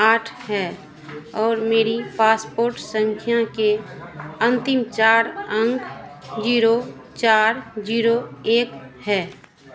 आठ है और मेरी पासपोर्ट संख्या के अंतिम चार अंक जीरो चार जीरो एक है